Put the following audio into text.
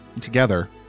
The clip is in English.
together